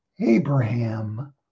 Abraham